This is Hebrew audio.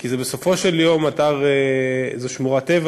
כי בסופו של יום זו שמורת טבע,